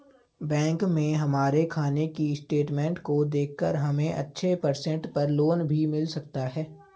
bank में हमारे खाने की स्टेटमेंट को देखकर हमे अच्छे परसेंट पर लोन भी मिल सकता है